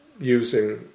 using